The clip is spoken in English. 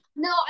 No